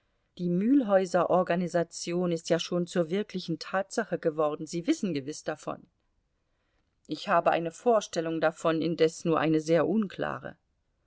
die mülhäuser organisation ist ja schon zur wirklichen tatsache geworden sie wissen gewiß davon ich habe eine vorstellung davon indes nur eine sehr unklare